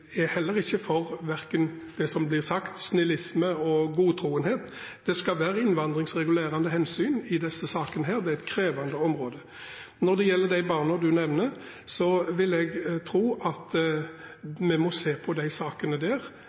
er heller ikke for det som blir sagt – snillisme og godtroenhet. Det skal være innvandringsregulerende hensyn i disse sakene. Det er et krevende område. Når det gjelder de barna du nevner, så må vi se på disse sakene